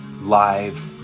live